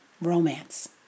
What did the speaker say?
Romance